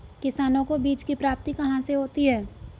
किसानों को बीज की प्राप्ति कहाँ से होती है?